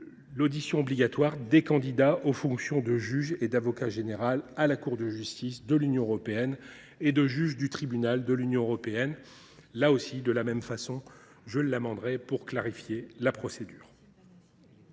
l’audition obligatoire des candidats aux fonctions de juge et d’avocat général de la Cour de justice de l’Union européenne et de juge du Tribunal de l’Union européenne. Je l’amenderai de la même façon pour clarifier la procédure